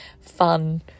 fun